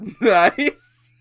nice